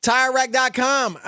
TireRack.com